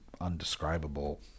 undescribable